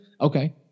Okay